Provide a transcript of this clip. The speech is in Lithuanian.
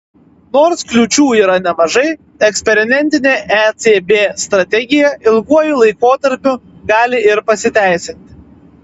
nors kliūčių yra nemažai eksperimentinė ecb strategija ilguoju laikotarpiu gali ir pasiteisinti